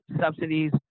subsidies